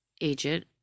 agent